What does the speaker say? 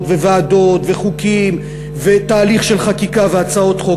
וועדות וחוקים ותהליך של חקיקה והצעות חוק,